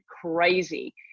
crazy